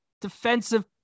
defensive